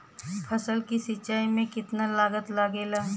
फसल की सिंचाई में कितना लागत लागेला?